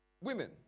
women